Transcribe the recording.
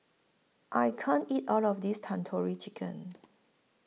I can't eat All of This Tandoori Chicken